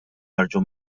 ħarġu